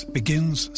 begins